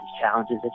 challenges